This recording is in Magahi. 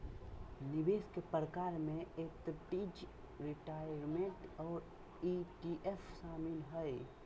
निवेश के प्रकार में एन्नुटीज, रिटायरमेंट और ई.टी.एफ शामिल हय